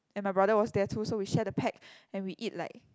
and my brother was there too so we share the pack and we eat like